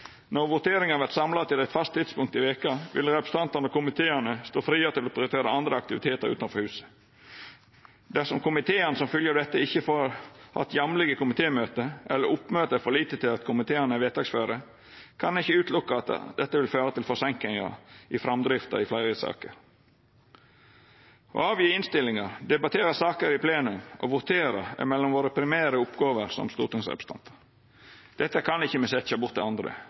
Når voteringane vert samla til eit fast tidspunkt i veka, vil representantane i komiteane stå friare til å prioritera andre aktivitetar utanfor huset. Dersom komiteen som fylgje av dette ikkje får hatt jamlege komitémøte eller oppmøtet er for lite til at komiteane er vedtaksføre, kan ein ikkje sjå bort frå at dette vil føra til forseinkingar i framdrifta i fleire saker. Å koma med innstillingar, å debattera saker i plenum og å votera er mellom våre primære oppgåver som stortingsrepresentantar. Dette kan me ikkje setja bort til andre.